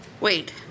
Wait